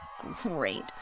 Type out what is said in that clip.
Great